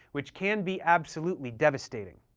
which can be absolutely devastating.